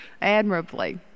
admirably